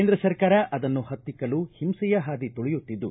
ಕೇಂದ್ರ ಸರ್ಕಾರ ಅದನ್ನು ಪತ್ತಿಕ್ಕಲು ಹಿಂಸೆಯ ಪಾದಿ ತುಳಿಯುತ್ತಿದ್ದು